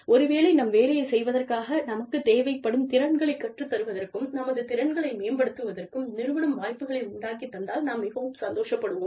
ஒருவேளை நம் வேலையைச் செய்வதற்காக நமக்குத் தேவைப்படும் திறன்களை கற்றுத் தருவதற்கும் நமது திறன்களை மேம்படுத்துவதற்கும் நிறுவனம் வாய்ப்புகளை உண்டாக்கித் தந்தால் நாம் மிகவும் சந்தோஷப்படுவோம்